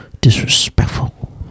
Disrespectful